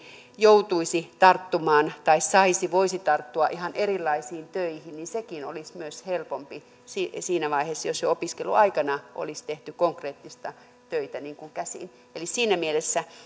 joutuisi tarttumaan tai saisi voisi tarttua ihan erilaisiin töihin niin sekin olisi helpompi siinä siinä vaiheessa jos jo opiskeluaikana olisi tehty konkreettisia töitä käsin eli siinä mielessä